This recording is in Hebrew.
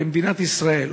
כמדינת ישראל,